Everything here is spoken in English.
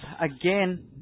Again